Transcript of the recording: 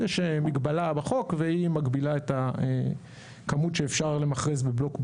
יש מגבלה בחוק והיא מגבילה את הכמות שאפשר למכרז בבלוק בודד.